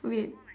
wait